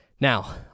Now